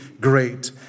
great